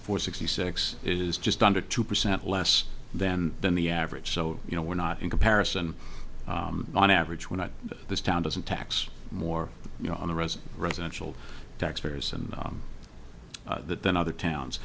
for sixty six is just under two percent less than than the average so you know we're not in comparison on average we're not this town doesn't tax more you know on the rez residential taxpayers and that the the town